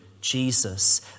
Jesus